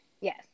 Yes